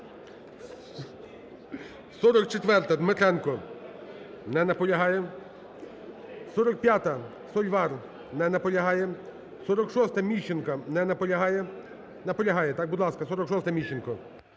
44-а, Дмитренко. Не наполягає. 45-а, Сольвар. Не наполягає. 46-а, Міщенко. Не наполягає. Наполягає, так? Будь ласка, 46-а, Міщенко.